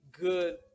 good